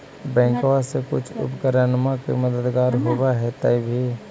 बैंकबा से कुछ उपकरणमा के मददगार होब होतै भी?